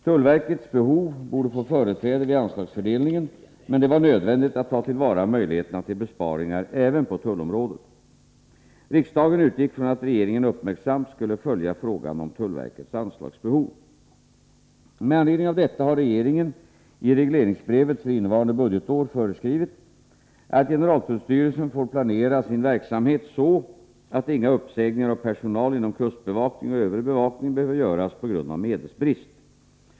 Tullverkets behov borde få företräde vid anslagsfördelningen, men det var nödvändigt att ta till vara möjligheterna till besparingar även på tullområdet. Riksdagen utgick från att regeringen uppmärksamt skulle följa frågan om tullverkets anslagsbehov. Med anledning av detta har regeringen i regleringsbrevet för innevarande budgetår föreskrivit att generaltullstyrelsen får planera sin verksamhet så, att inga uppsägningar av personal inom kustbevakningen och övrig bevakning behöver göras på grund av medelsbrist.